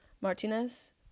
Martinez